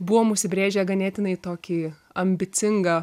buvom užsibrėžę ganėtinai tokį ambicingą